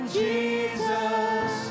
jesus